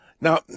Now